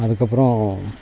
அதுக்கப்புறம்